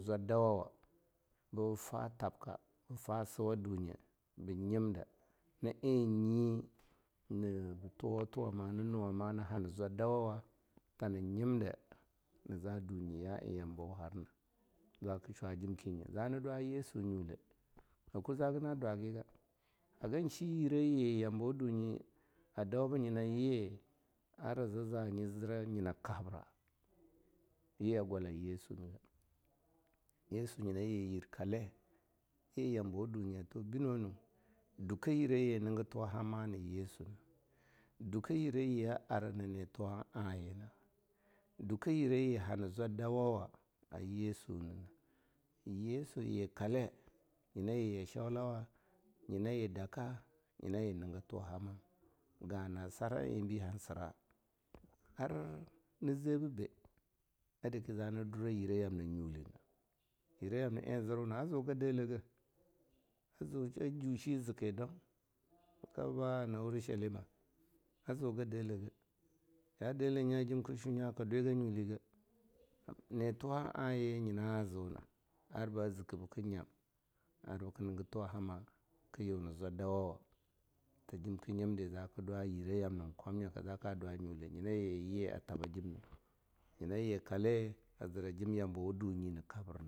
Zwa dawa wa bafa thabka, ba fa suwa dunye ba nyimda na eh nyi nabi tuwo tuwama, na nuwama, na hana zwa dawawa tana nyimda naza dunye ya eh yambo harna zaka shwa jimki nye, zana dwa yesu nyule, ha kur zama dwa giga, ha som shi yire yi yambawa dunye adau bi nyina yi arza za'a nyi zira nyina kabra yi a gwala yesu niga, yesu nyima ye yir kalle yi yambawa dunye tubi bino-nu duken yire yi a niga tuwa hama ne yesu na, duken yireyi ara na netuwa'a ye nah, duken yireyi hana zwa dawo wa a yesu innah, yesu yi kalle nyina yi ya shaulawa, nmyina yi daka, nyina yi niga tuwa hama'a. Ga'ah nasar ah enbi sira. Ar na zebibah? A daki zama dura yire-yamna nyuli nah? yire-yamna eh a zirwuna a zuga deleh gah, a jushi zike daun, zika biba arna urishalima, a zuga deleh gah, ya deleh nya ka shwu nya ka dwagi nyuli gah, netuwa'a ye nyina zuna arba ziki bika nyam ar biwa higi tuwa hama'a, ki yu dwa yire-yamna kwam nyaka, zaka dwa nyale, nyina yi a thabajim nah, nyuima yi kalle a zira jim yamabawa dunyi kabri.